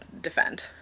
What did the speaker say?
defend